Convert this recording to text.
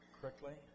correctly